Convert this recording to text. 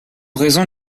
raison